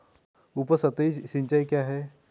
उपसतही सिंचाई क्या है?